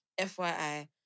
FYI